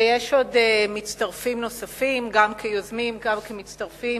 ויש עוד מצטרפים נוספים, גם כיוזמים וגם כמצטרפים,